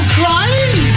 crying